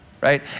right